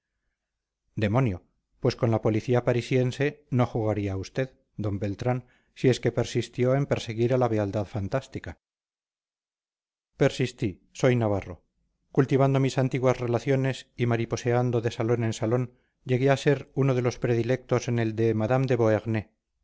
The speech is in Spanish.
demonio pues con la policía parisiense no jugaría usted d beltrán si es que persistió en perseguir a la beldad fantástica persistí soy navarro cultivando mis antiguas relaciones y mariposeando de salón en salón llegué a ser uno de los predilectos en el de madame